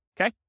okay